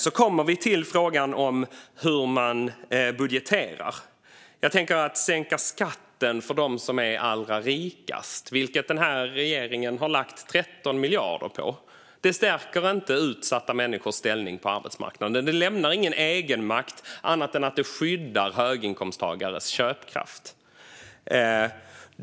Så kommer vi till frågan hur man budgeterar. Att sänka skatten för dem som är allra rikast, vilket den här regeringen har lagt 13 miljarder på, stärker inte utsatta människors ställning på arbetsmarknaden. Det lämnar ingen egenmakt annat än att det skyddar höginkomsttagares köpkraft.